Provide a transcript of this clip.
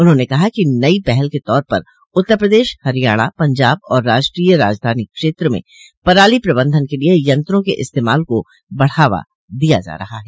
उन्होंने कहा कि नई पहल के तौर पर उत्तर प्रदेश हरियाणा पंजाब और राष्ट्रीय राजधानी क्षेत्र में पराली प्रबंधन के लिए यंत्रों के इस्तेमाल को बढ़ावा दिया जा रहा है